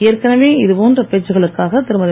ஏற்கனவே இதுபோன்ற பேச்சுக்களுக்காக திருமதி